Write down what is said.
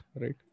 right